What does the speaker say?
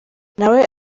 nawe